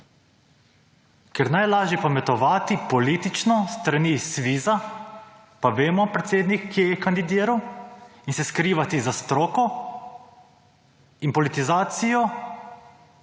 ker najlažje je pametovati politično s strani SVIS-a pa vemo predsednik kje je kandidiral in se skrivati za stroko in politizacijo,